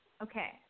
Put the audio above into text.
Okay